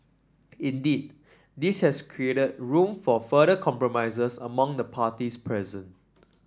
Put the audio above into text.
indeed this has created room for further compromises among the parties present